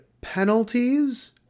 penalties